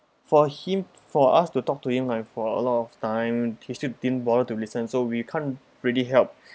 for him for us to talk to him like for a lot of time he still didn't bother to listen so we can't really help